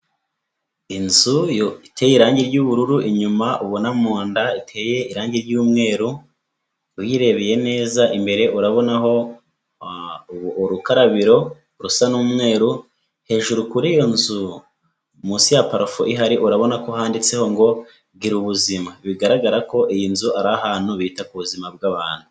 Inzu iteye irangi ry'ubururu inyuma ubona mu nda iteye irangi ry'umweru, uyirebeye neza imbere urabonaho urukarabiro rusa n'umweru, hejuru kuri iyo nzu munsi ya parafo ihari urabona ko handitseho ngo gira ubuzima, bigaragara ko iyi nzu ari ahantu bita ku buzima bw'abantu.